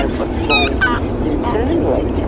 and what's wrong internally, you know